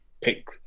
pick